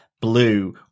blue